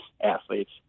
athletes